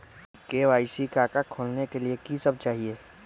KYC का का खोलने के लिए कि सब चाहिए?